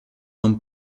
non